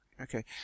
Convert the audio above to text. Okay